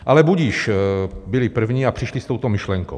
Ale budiž, byli první a přišli s touto myšlenkou.